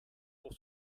pour